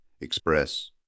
express